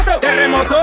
terremoto